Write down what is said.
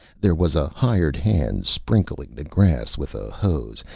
there was a hired hand sprinkling the grass with a hose,